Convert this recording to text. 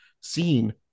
seen